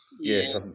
Yes